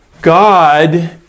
God